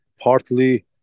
partly